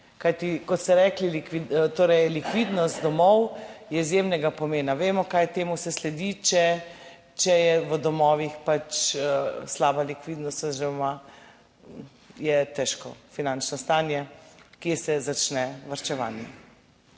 kot ste rekli, torej likvidnost domov je izjemnega pomena. Vemo, kaj temu se sledi, če je v domovih slaba likvidnost oziroma je težko finančno stanje, kje se začne varčevanje.